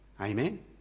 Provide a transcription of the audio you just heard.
Amen